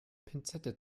pinzette